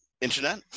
internet